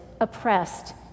oppressed